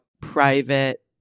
private